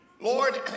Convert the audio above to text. Lord